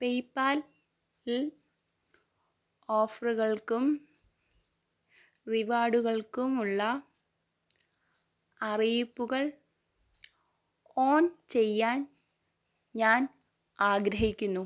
പേയ്പാലിൽ ഓഫറുകൾക്കും റിവാർഡുകൾക്കുമുള്ള അറിയിപ്പുകൾ ഓൺ ചെയ്യാൻ ഞാൻ ആഗ്രഹിക്കുന്നു